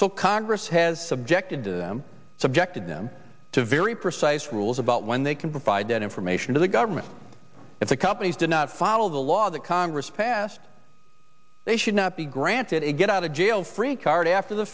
so congress has subjected to them subjected them to very precise rules about when they can provide that information to the government if the companies do not follow the law that congress passed they should not be granted a get out of jail free card after the